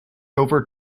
over